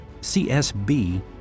CSB